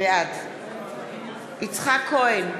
בעד יצחק כהן,